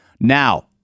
Now